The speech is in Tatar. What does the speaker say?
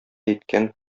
әйткән